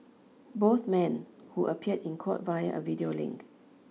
both men who appeared in court via a video link